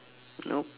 nope